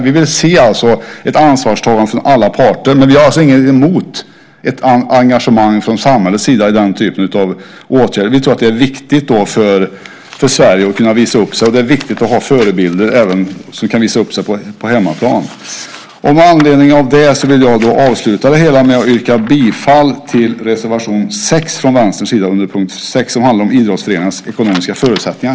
Vi vill alltså se ett ansvarstagande från alla parter, men vi har alltså ingenting emot ett engagemang från samhällets sida när det gäller den typen av åtgärder. Vi tror att det är viktigt för Sverige att kunna visa upp sig, och det är viktigt att ha förebilder som även kan visa upp sig på hemmaplan. Med anledning av detta yrkar jag bifall till reservation 6 från Vänstern under punkt 6 som handlar om idrottsföreningarnas ekonomiska förutsättningar.